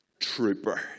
trooper